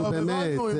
נו, באמת.